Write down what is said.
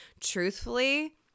Truthfully